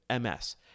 MS